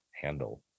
handle